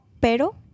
pero